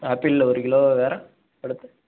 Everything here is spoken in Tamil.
ஆப்பிளில் ஒரு கிலோ வேறு